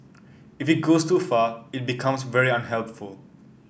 if it goes too far it becomes very unhelpful